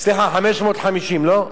סליחה 550 ס"מ, לא?